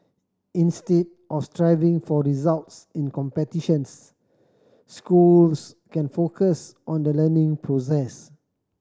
instead of striving for results in competitions schools can focus on the learning process